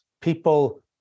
people